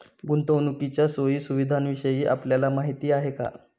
गुंतवणुकीच्या सोयी सुविधांविषयी आपल्याला माहिती आहे का?